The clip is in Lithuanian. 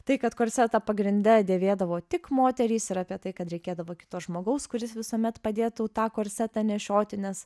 tai kad korsetą pagrinde dėvėdavo tik moterys ir apie tai kad reikėdavo kito žmogaus kuris visuomet padėtų tą korsetą nešioti nes